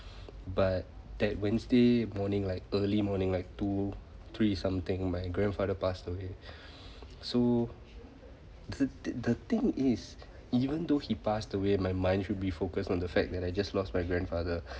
but that wednesday morning like early morning like two three something my grandfather passed away so the the thing is even though he passed away my mind should be focused on the fact that I just lost my grandfather